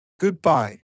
goodbye